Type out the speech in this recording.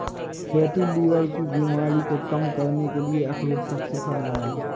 fatty liver की बीमारी को कम करने के लिए अखरोट सबसे फायदेमंद है